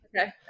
Okay